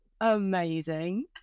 amazing